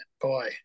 boy